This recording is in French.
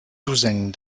douzaine